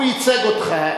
הוא ייצג אותך,